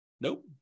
Nope